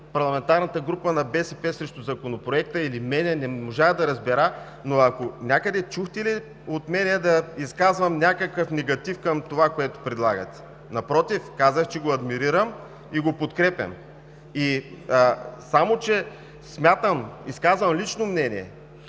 парламентарната група на „БСП за България“ срещу Законопроекта или мен, не можах да разбера, но някъде чухте ли от мен да изказвам някакъв негатив към това, което предлагате? Напротив, казах, че го адмирирам и го подкрепям. Изказвам лично мнение,